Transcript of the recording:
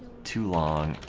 too long